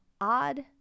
odd